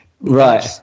Right